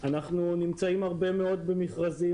אני רוצה להתייחס לטענה שרכש גומלין מייקר מכרזים למדינה.